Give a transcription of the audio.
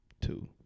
Two